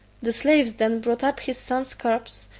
the slaves then brought up his son's corpse,